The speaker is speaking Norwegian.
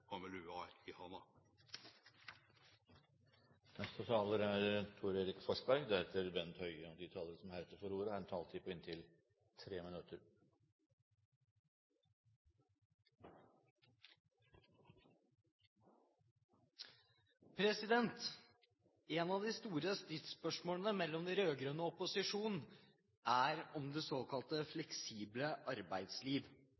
De talere som heretter får ordet, har en taletid på inntil 3 minutter. Et av de store stridsspørsmålene mellom de rød-grønne og opposisjonen handler om det